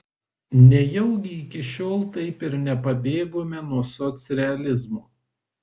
nejaugi iki šiol taip ir nepabėgome nuo socrealizmo